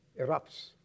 erupts